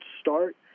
start